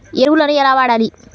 ఎరువులను ఎలా వాడాలి?